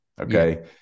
Okay